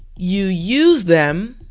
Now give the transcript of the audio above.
you use them